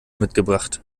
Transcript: mitgebracht